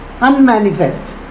unmanifest